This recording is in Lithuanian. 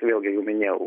vėlgi jau minėjau